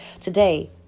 today